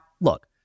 look